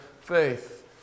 faith